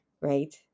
right